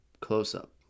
close-up